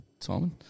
Simon